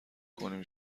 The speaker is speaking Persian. کنیم